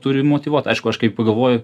turi motyvuoti aišku aš kai pagalvoju